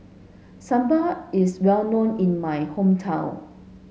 Sambal is well known in my hometown